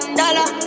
dollar